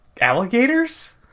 alligators